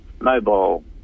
mobile